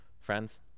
Friends